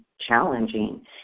challenging